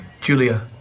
Julia